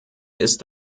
ist